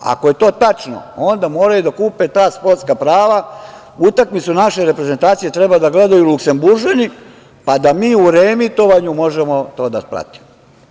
Ako je to tačno, onda moraju da kupe ta sportska prava, utakmicu naše reprezentacije treba da gledaju Luksemburžani, a da mi u reemitovanju možemo to da pratimo.